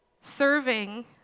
Serving